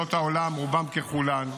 מדינות העולם, רובן ככולן,